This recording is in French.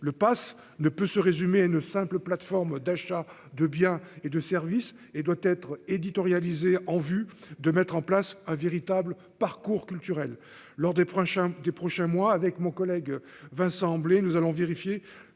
le Pass ne peut se résumer à une simple plateforme d'achats de biens et de services et doit être éditorialistes en vue de mettre en place un véritable parcours culturel lors des prochains des prochains mois, avec mon collègue Vincent emblée nous allons vérifier